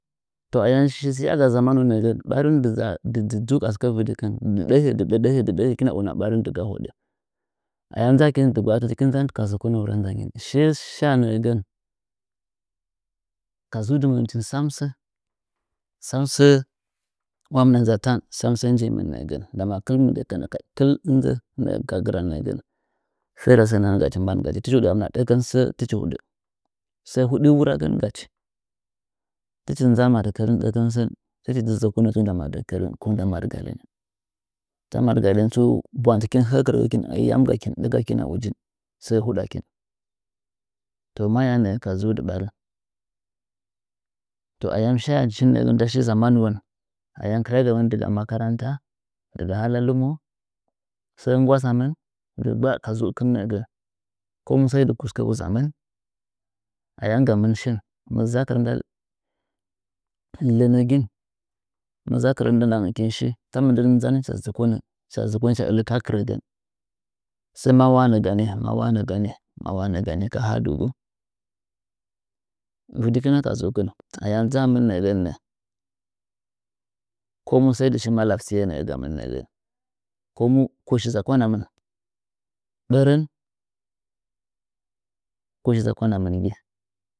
To shiya ɓarih mɨ zaa dɨ dzu dzu a sɨkɚ vɨdikɨn dt ɗɚhɚ dɨ dɚ ɗɚhɚ dɨ dɚhe ayam dzakihh dɨggba kɨkɨh nzan ka zɚkonɚ wura nzanyi shiye sha nɚɚgɚn ka zuudɨ mɚunkɨ sam sɚ samsɚ wamna nza tan sam sɚ njimɨn nɚɚgɚn ndam mɨndɚ kɨl ɨnzɚ ferɚ sɚ nchagachi mbangachi tɨchi huɚ hɨmɨna ɗɚkɚn sɚ sɚ huɗi wura gɚn gachi tɨchi dzan madikkɚri n dakɚn sɚɚ tɨchi dzɨ zɚkonɚ bo nda madikkɚrin ko nda madɨgalin ta madɨgalin tsu bwang tɨkin hɚɚ kɨrɚgɚkih ayam gakin ɗakagakɨna ujin sɚ, huɗakin to maya nɚɚ ka zudɨ ɓarih to ayam sha shin nɚɚ gɚn nda shi zamanuwon a makarata digaha lɨmo sɚ nggwa samɨn kuskɚ wuzamɨh ayam gamɨh shin mɨ zakɨrɚ lɚnɚgɨn mɨ zaakɨrɚ ndɨɗangɚkin shi ta mɨn dɚn nzan cha zɚkona hɨcha zɚkonɚ hɨcha tsaa kɨrɚgɚn sai wa ma wanɚ gani ma wanɚ gani kaha dɨgu uɨdikin ka zuukɨh ayam dzamɨn nɚɚgɚn komu sai dɨ shi gamɨh nɚɚgɚn komu kush eakwanamɨh marɚn kush zakwanamɨn.